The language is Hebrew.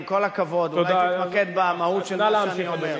עם כל הכבוד, אולי תתמקד במהות של מה שאני אומר.